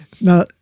Now